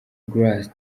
grace